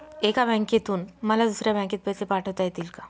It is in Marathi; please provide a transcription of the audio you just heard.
एका बँकेतून मला दुसऱ्या बँकेत पैसे पाठवता येतील का?